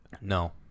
No